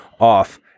off